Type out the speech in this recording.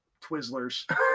Twizzlers